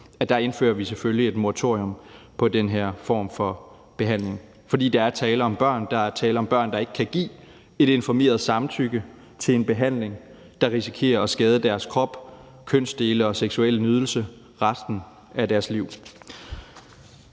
dem, indfører vi selvfølgelig et moratorium for den her form for behandling. For der er tale om børn. Der er tale om børn, der ikke kan give et informeret samtykke til en behandling, der risikerer at skade deres krop, kønsdele og seksuelle nydelse resten af deres liv.